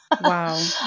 Wow